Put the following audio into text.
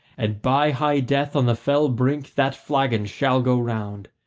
and by high death on the fell brink that flagon shall go round.